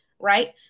Right